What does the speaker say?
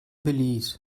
belize